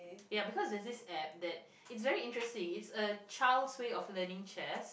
ya because there's this app that it's very interesting it's a child's way of learning chess